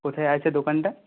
কোথায় আছে দোকানটা